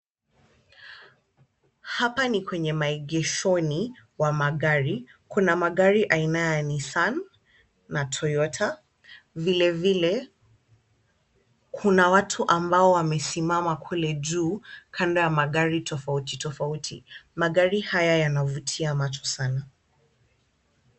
Hapa ni kwenye maegeshoni wa magari ,kuna magari aina ya Nissan na Toyota. Vilevile kuna watu ambao wamesimama kule juu kando ya magari tofauti tofauti. Magari haya yanavutia macho sana.